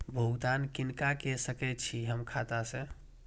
भुगतान किनका के सकै छी हम खाता से?